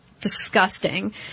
disgusting